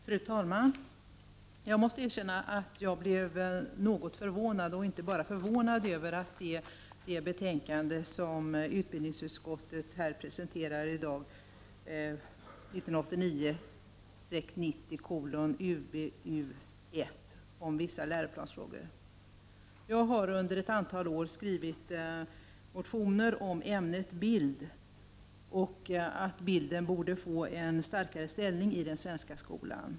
Fru talman! Jag måste erkänna att jag blev något förvånad när jag fick se det betänkande som utbildningsutskottet presenterat och som vi nu debatterar, 1989/90:UbU1 om vissa läroplansfrågor. Och inte bara förvånad! Jag har under ett antal år skrivit motioner om att ämnet bild borde få en starkare ställning i den svenska skolan.